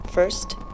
First